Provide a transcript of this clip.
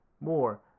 More